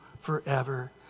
forever